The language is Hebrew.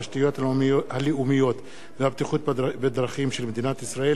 התשתיות הלאומיות והבטיחות בדרכים של מדינת ישראל